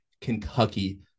Kentucky